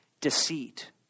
deceit